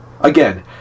Again